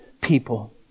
people